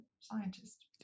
scientist